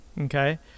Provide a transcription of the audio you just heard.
Okay